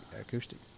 acoustic